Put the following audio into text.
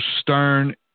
stern